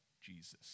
Jesus